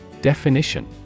Definition